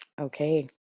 Okay